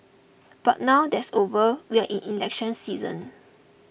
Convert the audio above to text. but now that's over we are in election season